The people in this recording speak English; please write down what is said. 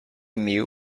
meal